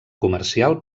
comercial